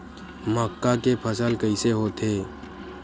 मक्का के फसल कइसे होथे?